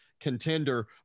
contender